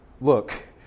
Look